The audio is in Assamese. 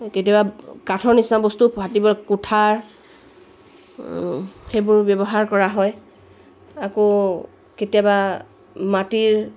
কেতিয়াবা কাঠৰ নিচিনা বস্তু ফাটিবৰ কুঠাৰ সেইবোৰ ব্যৱহাৰ কৰা হয় আকৌ কেতিয়াবা মাটিৰ